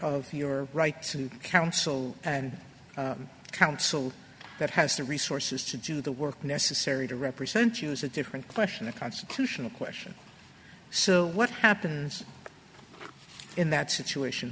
of your right to counsel and counsel that has the resources to do the work necessary to represent use a different question the constitutional question so what happens in that situation